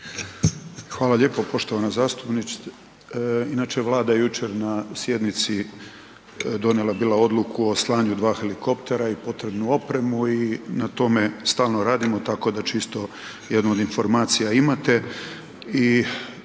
Hvala lijepo. Poštovana zastupnice. Inače Vlada je jučer na sjednici donijela bila odluku o slanju dva helikoptere i potrebnu opremu i na tome stalno radimo, tako da čisto jednu od informacija imate.